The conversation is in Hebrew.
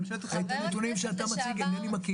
איני מכיר